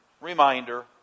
reminder